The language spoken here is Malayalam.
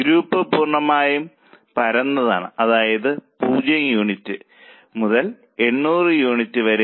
ഗ്രാഫ് പൂർണ്ണമായും പരന്നതാണ് അതായത് 0 യൂണിറ്റ് മുതൽ 800 യൂണിറ്റ് വരെ